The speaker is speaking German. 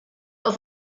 auf